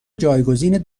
جایگزین